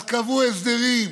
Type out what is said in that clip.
אז קבעו הסדרים,